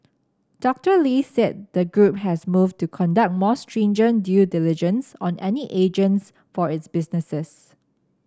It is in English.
Doctor Lee said the group has moved to conduct more stringent due diligence on any agents for its businesses